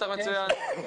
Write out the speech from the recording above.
טוב.